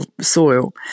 soil